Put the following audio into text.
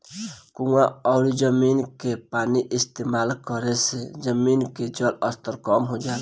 कुवां अउरी जमीन के पानी इस्तेमाल करे से जमीन के जलस्तर कम हो जाला